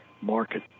market